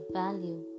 value